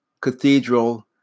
Cathedral